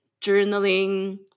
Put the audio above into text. journaling